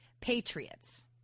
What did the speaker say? patriots